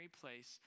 place